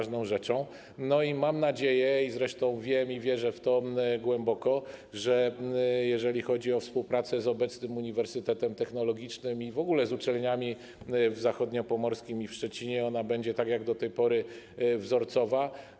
Mam nadzieję, zresztą wiem i wierzę w to głęboko, że jeżeli chodzi o współpracę z obecnym uniwersytetem technologicznym i w ogóle z uczelniami w regionie zachodniopomorskim i w Szczecinie, to ona będzie tak jak do tej pory wzorcowa.